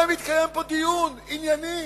היה מתקיים פה דיון ענייני,